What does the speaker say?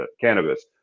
cannabis